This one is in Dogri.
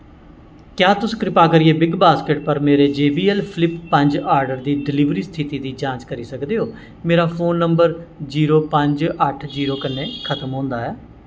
क्या तुस कृपा करियै बिग बास्केट पर मेरे जे बी एल फ्लिप पंज आर्डर दी डिलीवरी स्थिति दी जांच करी सकदे ओ मेरा फोन नंबर जीरो पंज अट्ठ जीरो कन्नै खतम होंदा ऐ